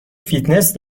فیتنس